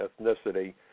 ethnicity